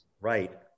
Right